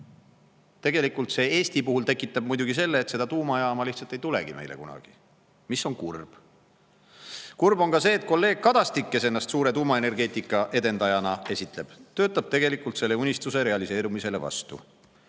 Tegelikult tekitab see Eesti puhul muidugi ka selle, et tuumajaama lihtsalt ei tulegi meile kunagi, mis on kurb. Kurb on ka see, et kolleeg Kadastik, kes ennast suure tuumaenergeetika edendajana esitleb, töötab tegelikult selle unistuse realiseerumisele vastu.